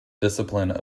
discipline